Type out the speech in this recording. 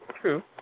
True